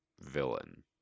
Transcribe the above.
villain